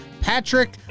Patrick